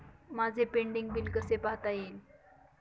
माझे pending bill कसे पाहता येईल?